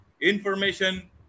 information